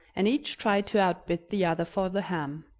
and each tried to outbid the other for the ham.